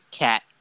cat